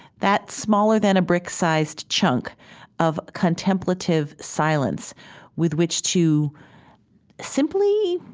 that smaller than a brick-sized chunk of contemplative silence with which to simply